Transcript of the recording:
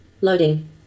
loading